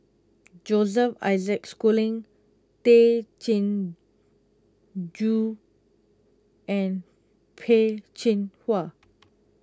Joseph Isaac Schooling Tay Chin Joo and Peh Chin Hua